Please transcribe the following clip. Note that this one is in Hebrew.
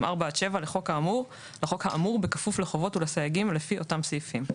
4 עד 7 לחוק האמור בכפוף לחובות ולסייגים לפי אותם סעיפים.